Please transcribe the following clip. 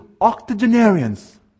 octogenarians